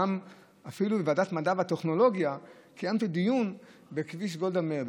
ואפילו בוועדת המדע והטכנולוגיה קיימתי דיון על כביש גולדה מאיר,